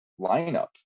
lineup